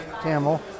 camel